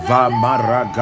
Vamara